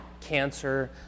cancer